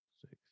six